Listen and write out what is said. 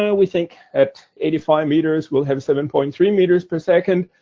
yeah we think at eighty five meters we'll have seven point three meters per second.